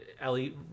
Ellie